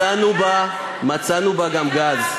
מצאנו בה גם גז.